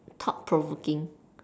thought provoking